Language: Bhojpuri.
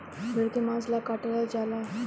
भेड़ के मांस ला काटल जाला